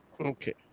Okay